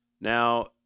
Now